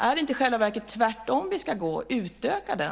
Är det inte i själva verket tvärtom vi ska göra och utöka den?